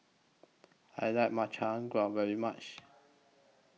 I like Makchang Gui very much